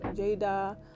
jada